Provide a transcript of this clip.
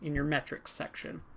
your metrics section.